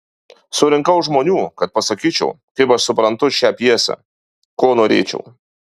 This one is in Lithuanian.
surinkau žmonių kad pasakyčiau kaip aš suprantu šią pjesę ko norėčiau